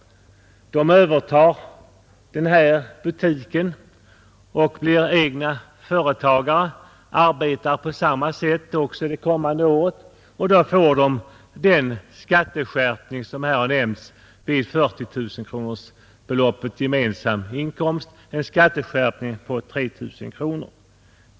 De övertar butiken och blir egna företagare. De arbetar på samma sätt också det kommande året, och då får de en skatteskärpning, som här har nämnts, vid 40 000 i gemensam inkomst, en skatteskärpning på 3 000 kronor.